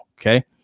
Okay